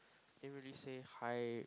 didn't really say hi